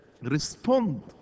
respond